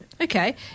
Okay